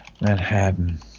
Manhattan